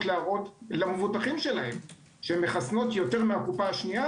להראות למבוטחים שלהם שהן מחסנות יותר מהקופה השנייה